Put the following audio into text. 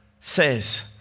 says